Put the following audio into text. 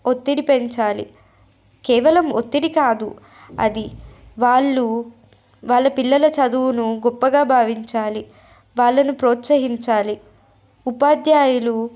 ఒత్తిడి పెంచాలి కేవలం ఒత్తిడి కాదు అది వాళ్ళు వాళ్ళ పిల్లల చదువును గొప్పగా భావించాలి వాళ్ళను ప్రోత్సహించాలి ఉపాధ్యాయులు